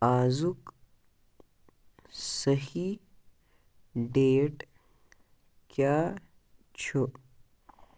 آزُک صحیح ڈیٹ کیٛاہ چھُ